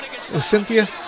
Cynthia